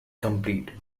complete